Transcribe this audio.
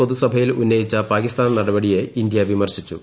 പൊതുസഭയിൽ ഉന്നയിച്ച പാകിസ്ഥാൻ നടപടിയെ ഇന്ത്യ വിമർശിച്ചു